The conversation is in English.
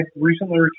recently